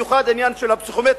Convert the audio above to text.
במיוחד העניין של הפסיכומטרי.